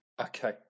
Okay